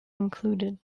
included